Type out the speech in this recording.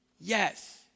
yes